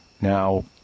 now